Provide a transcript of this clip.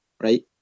Right